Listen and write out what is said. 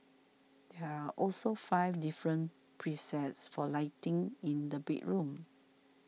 there are also five different presets for lighting in the bedroom